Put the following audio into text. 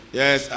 yes